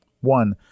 One